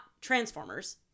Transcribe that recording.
Transformers